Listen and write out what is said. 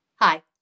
Hi